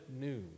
news